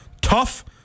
tough